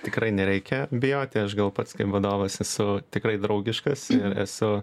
tikrai nereikia bijoti aš gal pats kaip vadovas esu tikrai draugiškas ir esu